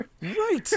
Right